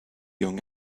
young